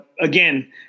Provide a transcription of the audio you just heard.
again